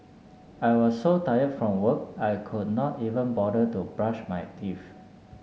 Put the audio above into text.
I was so tired from work I could not even bother to brush my teeth